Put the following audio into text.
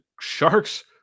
sharks